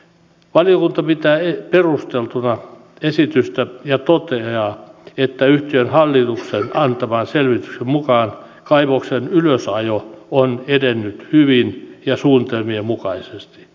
valiokunta pitää esitystä perusteltuna ja toteaa että yhtiön hallituksen antaman selvityksen mukaan kaivoksen ylösajo on edennyt hyvin ja suunnitelmien mukaisesti